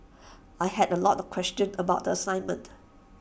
I had A lot of questions about the assignment